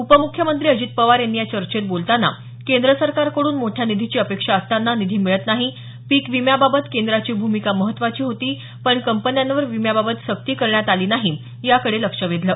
उपमुख्यमंत्री अजित पवार यांनी या चर्चेत बालताना केंद्र सरकारकडून मोठ्या निधीची अपेक्षा असताना निधी मिळत नाही पीक विम्याबाबत केंद्राची भूमिका महत्त्वाची होती पण कंपन्यांवर विम्याबाबत सक्ती करण्यात आली नाही याकडे लक्ष वेधलं